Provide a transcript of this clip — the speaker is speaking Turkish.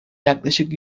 yaklaşık